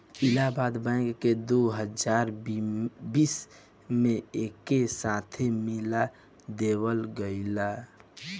Allahabad bank के दो हजार बीस में एकरे साथे मिला देवल गईलस